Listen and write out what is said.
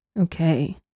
Okay